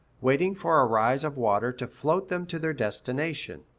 waiting for a rise of water to float them to their destination.